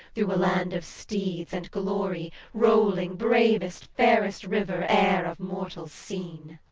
through a land of steeds and glory rolling, bravest, fairest river e'er of mortals seen!